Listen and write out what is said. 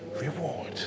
reward